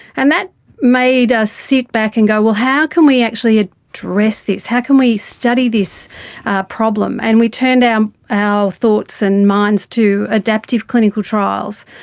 and that made us sit back and go, well, how can we actually ah address this, how can we study this problem? and we turned um our thoughts and minds to adaptive clinical trials.